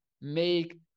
make